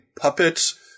puppets